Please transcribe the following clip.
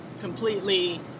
completely